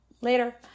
later